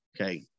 Okay